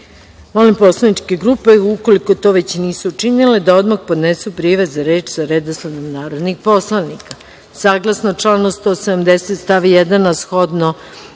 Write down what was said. poslaničke grupe, ukoliko to već nisu učinile, da odmah podnesu prijave za reč sa redosledom narodnih poslanika. Saglasno